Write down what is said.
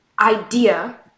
idea